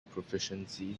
proficiency